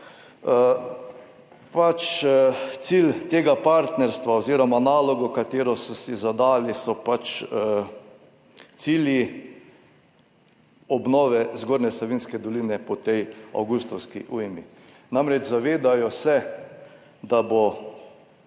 Cilj tega partnerstva, oziroma naloga, katero so si zadali, so pač cilji obnove Zgornje Savinjske doline po tej avgustovski ujmi. Namreč, zavedajo se, da bo